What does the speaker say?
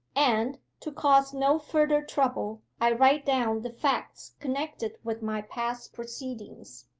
and, to cause no further trouble, i write down the facts connected with my past proceedings.